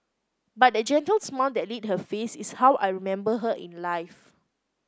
but that gentle smile that lit her face is how I remember her in life